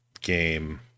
game